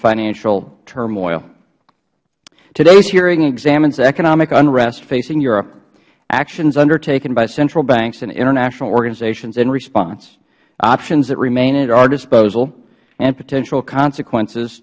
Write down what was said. financial turmoil today's hearing examines the economic unrest facing europe actions undertaken by central banks and international organizations in response the options that remain at our disposal and potential consequences